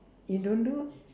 you don't do